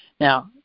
Now